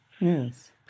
Yes